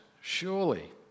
surely